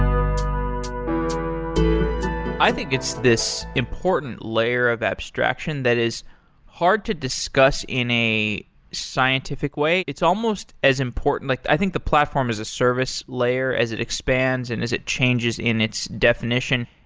um i think it's this important layer of abstraction that is hard to discuss in a scientific way. it's almost as important like i think the platform is a service layer as it expands and as it changes in its definition.